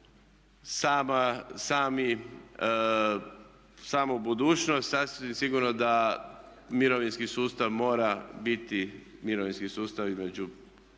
samu budućnost sasvim sigurno da mirovinski sustav mora biti mirovinski sustav između